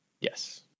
Yes